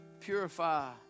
purify